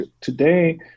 today